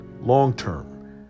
long-term